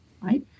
right